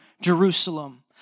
Jerusalem